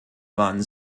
waren